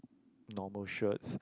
normal shirts